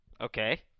Okay